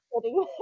sitting